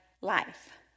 life